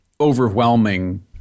overwhelming –